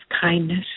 kindness